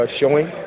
showing